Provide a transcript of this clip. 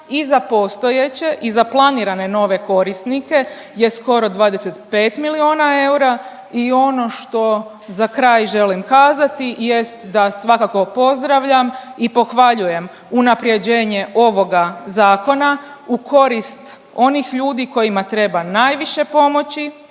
i za postojeće i za planirane nove korisnike je skoro 25 milijuna eura i ono što za kraj želim kazati jest da svakako pozdravljam i pohvaljujem unaprjeđenje ovoga Zakona u korist onih ljudi kojima treba najviše pomoći,